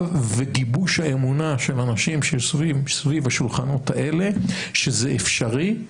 וגיבוש האמונה של אנשים שיושבים סביב השולחנות האלה שזה אפשרי,